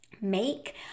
make